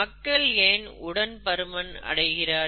மக்கள் ஏன் உடல் பருமன் அடைகிறார்கள்